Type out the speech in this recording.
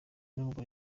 nubwo